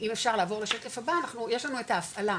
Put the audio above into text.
אם אפשר לעבור לשקף הבא, יש לנו את ההפעלה,